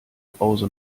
brause